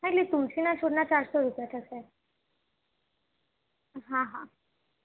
હા એટલે તુલસીના છોડના ચારસો રૂપિયા થશે હા હા